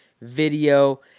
video